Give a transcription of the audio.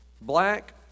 Black